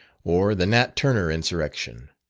or the nat turner insurrection.